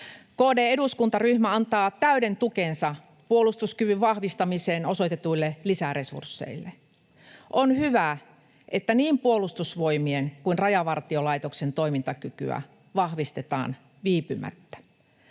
KD-eduskuntaryhmä antaa täyden tukensa puolustuskyvyn vahvistamiseen osoitetuille lisäresursseille. On hyvä, että niin Puolustusvoimien kuin Rajavartiolaitoksen toimintakykyä vahvistetaan viipymättä.